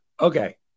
Okay